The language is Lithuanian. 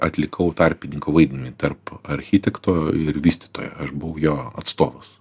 atlikau tarpininko vaidmenį tarp architekto ir vystytojo aš buvau jo atstovas